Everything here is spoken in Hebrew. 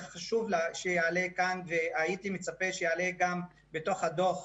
שחשוב שיעלה כאן והייתי מצפה שיעלה גם בתוך הדוח,